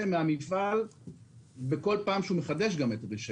מהמפעל בכל פעם שהוא מחדש את הרישיון.